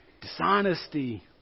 dishonesty